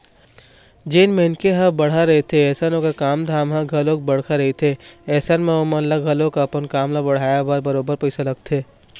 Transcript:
जेन मनखे ह बड़हर रहिथे अइसन ओखर काम धाम ह घलोक बड़का रहिथे अइसन म ओमन ल घलोक अपन काम ल बढ़ाय बर बरोबर पइसा लगथे